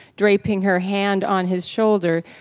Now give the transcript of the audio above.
draping her hand on his shoulder.